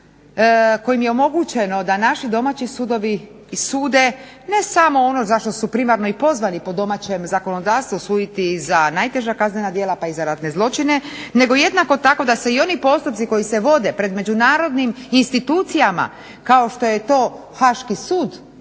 kojim je omogućeno da naši domaći sudovi sude ne samo ono za što su primarno i pozvani po domaćem zakonodavstvu suditi za najteža kaznena djela pa i za ratne zločine, nego jednako tako da se i oni postupci koji se vode pred međunarodnim institucijama kao što je to Haaški sud,